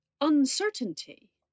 uncertainty